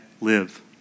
live